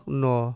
no